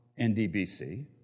NDBC